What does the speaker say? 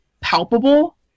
palpable